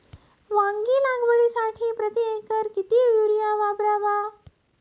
वांगी लागवडीसाठी प्रति एकर किती युरिया वापरावा?